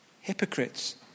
hypocrites